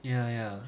ya ya